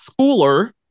Schooler